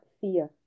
fear